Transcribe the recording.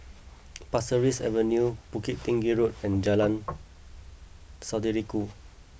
Pasir Ris Avenue Bukit Tinggi Road and Jalan Saudara Ku